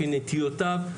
לפי נטיותיו,